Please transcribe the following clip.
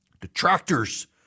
Detractors